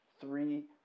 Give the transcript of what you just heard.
three